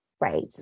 Right